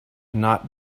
not